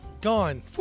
Gone